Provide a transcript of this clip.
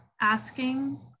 asking